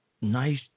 nice